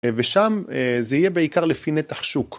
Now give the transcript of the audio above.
ושם זה יהיה בעיקר לפי נתח שוק.